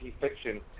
fiction